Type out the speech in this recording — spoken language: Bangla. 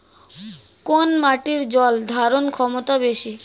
কোন মাটির জল ধারণ ক্ষমতা বেশি?